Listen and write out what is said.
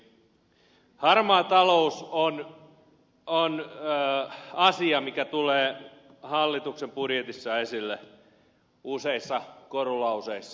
harmaa talous on asia mikä tulee hallituksen budjetissa esille useissa korulauseissa